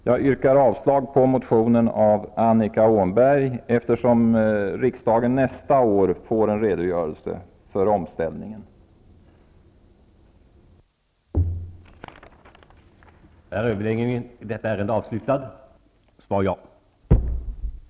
Jag yrkar avslag på reservationen av Annika Åhnberg eftersom riksdagen får en redogörelse för omställningen nästa år.